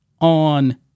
on